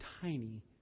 tiny